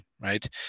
right